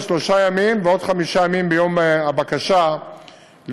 שלושה ימים ועוד חמישה ימים מיום הבקשה להיבחן,